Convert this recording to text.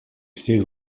всех